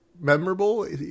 memorable